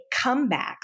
comebacks